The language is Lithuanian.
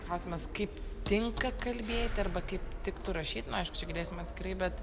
klausimas kaip tinka kalbėti arba kaip tiktų rašyt nu aišku čia galėsim atskirai bet